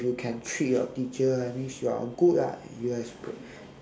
you can trick your teacher that means you are good ah you expert